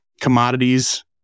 commodities